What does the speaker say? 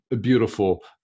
beautiful